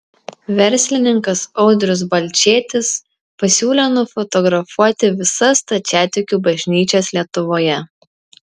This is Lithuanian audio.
verslininkas audrius balčėtis pasiūlė nufotografuoti visas stačiatikių bažnyčias lietuvoje